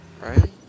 Right